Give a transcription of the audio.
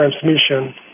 transmission